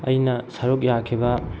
ꯑꯩꯅ ꯁꯔꯨꯛ ꯌꯥꯈꯤꯕ